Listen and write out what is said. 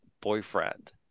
boyfriend